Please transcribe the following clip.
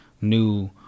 new